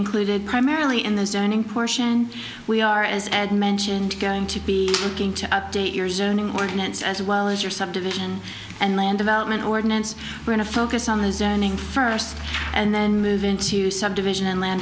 included primarily in the zoning portion we are as ed mentioned going to be looking to update your zoning ordinance as well as your subdivision and land development ordinance or in a focus on a zoning first and then move into subdivision and land